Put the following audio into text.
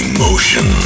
Emotion